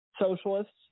socialists